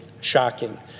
shocking